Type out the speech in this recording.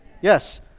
Yes